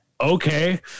okay